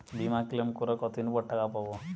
বিমা ক্লেম করার কতদিন পর টাকা পাব?